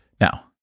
Now